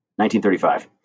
1935